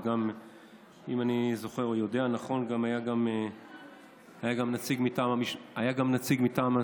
ואם אני יודע נכון אז היה גם נציג מטעם המשפחה בנתיחה.